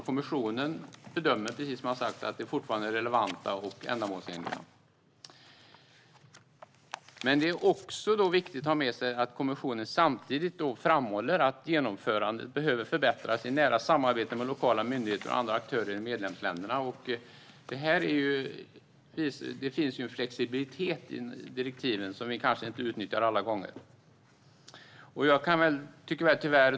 Kommissionen bedömer, precis som jag har sagt, att de fortfarande är relevanta och ändamålsenliga. Det är också viktigt att ha med sig att kommissionen samtidigt framhåller att genomförandet behöver förbättras i nära samarbete med lokala myndigheter och andra aktörer i medlemsländerna. Det finns en flexibilitet i direktiven som vi kanske inte utnyttjar alla gånger.